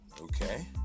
Okay